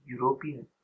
European